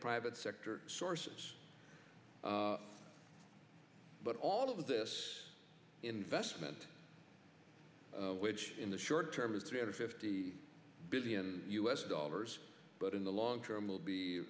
private sector sources but all of this investment which in the short term is three hundred fifty billion u s dollars but in the long term will